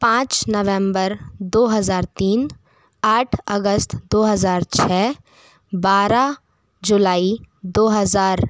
पाँच नवेम्बर दो हजार तीन आठ अगस्त दो हजार छः बारह जुलाई दो हजार